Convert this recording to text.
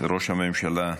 ראש הממשלה,